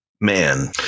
man